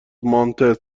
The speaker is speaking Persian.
مانتس